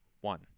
One